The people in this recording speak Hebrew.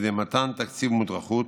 על ידי מתן תקציב מודרכות,